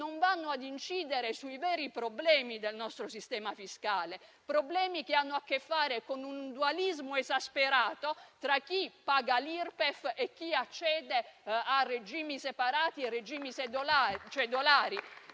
non vanno però ad incidere sui veri problemi del nostro sistema fiscale; problemi che hanno a che fare con un dualismo esasperato tra chi paga l'IRPEF e chi accede a regimi separati e regimi cedolari,